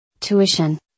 Tuition